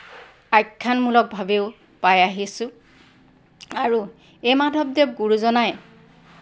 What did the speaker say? আখ্যানমূলক ভাবেও পাই আহিছোঁ আৰু এই মাধৱদেৱ গুৰুজনাই